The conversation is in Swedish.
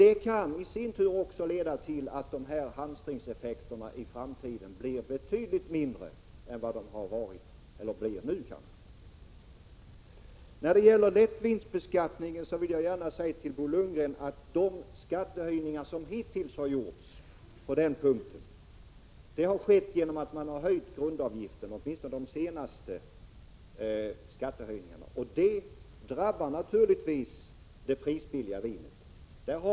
Det kan i sin tur leda till att hamstringseffekterna i framtiden blir betydligt mindre än vad som har varit fallet nu. När det gäller lättvinsbeskattningen vill jag gärna säga till Bo Lundgren att skattehöjningarna hittills har skett genom att man har höjt grundavgiften, åtminstone vid de senaste tillfällena. Det drabbar naturligtvis det prisbilliga vinet.